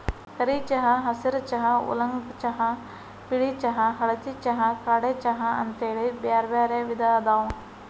ಕರಿ ಚಹಾ, ಹಸಿರ ಚಹಾ, ಊಲಾಂಗ್ ಚಹಾ, ಬಿಳಿ ಚಹಾ, ಹಳದಿ ಚಹಾ, ಕಾಡೆ ಚಹಾ ಅಂತೇಳಿ ಬ್ಯಾರ್ಬ್ಯಾರೇ ವಿಧ ಅದಾವ